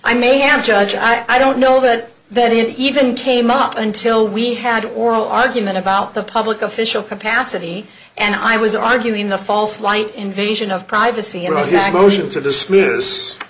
i may have judged i don't know that that even came up until we had oral argument about the public official capacity and i was arguing the false light invasion of privacy and that motion to dismiss